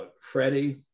Freddie